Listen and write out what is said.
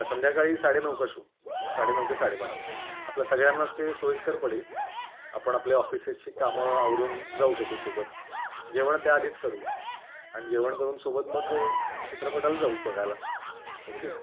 संध्याकाळी साडेनऊचा शो साडेनऊ ते साडेबारा आपल्या सगळ्यांनाच ते सोयीस्कर पडेल आपण आपल्या ऑफिसेसची कामं आवरून जाऊ शकू सोबत जेवण त्या आधीच करू आणि जेवण करून सोबत मग चित्रपटाला जाऊ बघायला ओके